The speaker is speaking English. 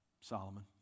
Solomon